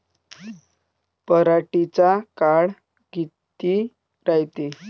पराटीचा काळ किती रायते?